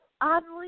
oddly